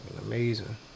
amazing